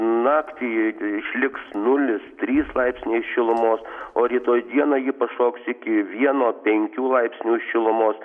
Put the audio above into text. naktį išliks nulis trys laipsniai šilumos o rytoj dieną ji pašoks iki vieno penkių laipsnių šilumos